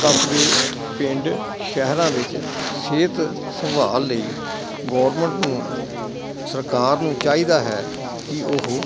ਵਸਦੇ ਪਿੰਡ ਸ਼ਹਿਰਾਂ ਵਿੱਚ ਸਿਹਤ ਸੰਭਾਲ ਲਈ ਗੌਰਮੈਂਟ ਨੂੰ ਸਰਕਾਰ ਨੂੰ ਚਾਹੀਦਾ ਹੈ ਕਿ ਉਹ